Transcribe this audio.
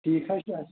ٹھیٖک حظ چھُ اَچھا